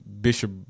Bishop